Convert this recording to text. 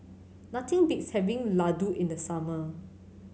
nothing beats having Laddu in the summer